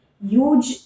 huge